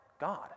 God